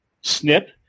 Snip